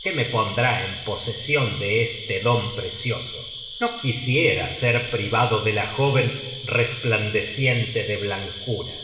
que me pondrá en posesion de este don precioso no quisiera ser privado de la jóven resplandeciente de blancura